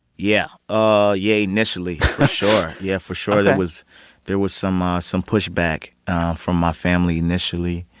yeah. ah yeah, initially, for sure yeah, for sure. there was there was some ah some pushback from my family initially.